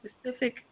specific